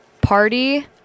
Party